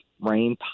rain